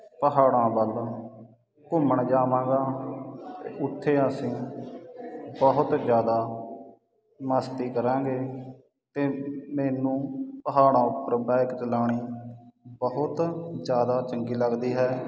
ਪਹਾੜਾ ਵੱਲ ਘੁੰਮਣ ਜਾਵਾਂਗਾ ਅਤੇ ਉੱਥੇ ਅਸੀਂ ਬਹੁਤ ਜ਼ਿਆਦਾ ਮਸਤੀ ਕਰਾਂਗੇ ਅਤੇ ਮੈਨੂੰ ਪਹਾੜਾਂ ਉੱਪਰ ਬਾਇਕ ਚਲਾਉਣੀ ਬਹੁਤ ਜ਼ਿਆਦਾ ਚੰਗੀ ਲੱਗਦੀ ਹੈ